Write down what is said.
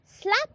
slap